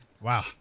Wow